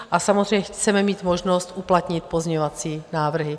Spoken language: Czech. A samozřejmě chceme mít možnost uplatnit pozměňovací návrhy.